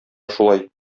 шулай